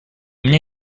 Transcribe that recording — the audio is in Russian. меня